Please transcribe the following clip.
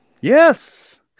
Yes